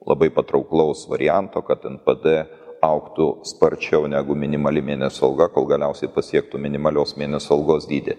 labai patrauklaus varianto kad npd augtų sparčiau negu minimali mėnesinio alga kol galiausiai pasiektų minimalios mėnesio algos dydį